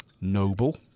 Noble